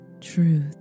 truth